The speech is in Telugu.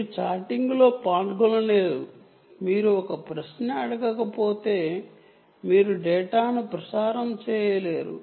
మీరు డేటాను ప్రసారం చేస్తూనేఉండలేరు మిమ్మల్నిఒక ప్రశ్న అడగకపోతే మీరు సమాధానం ఇవ్వలేరు